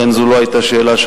אכן זו לא היתה שאלה,